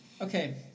Okay